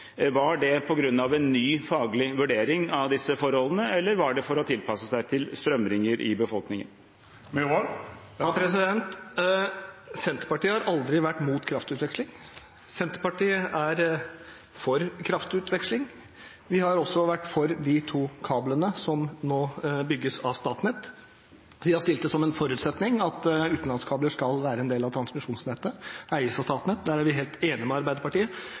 Var det på grunn av en ny, faglig vurdering av disse forholdene, eller var det for å tilpasse seg strømninger i befolkningen? Senterpartiet har aldri vært imot kraftutveksling. Senterpartiet er for kraftutveksling. Vi har også vært for de to kablene som nå bygges av Statnett. Vi har stilt som en forutsetning at utenlandskabler skal være en del av transmisjonsnettet og eies av Statnett. Der er vi helt enig med Arbeiderpartiet.